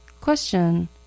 Question